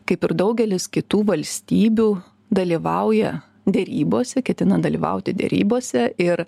kaip ir daugelis kitų valstybių dalyvauja derybose ketina dalyvauti derybose ir